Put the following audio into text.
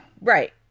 Right